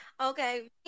Okay